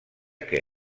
que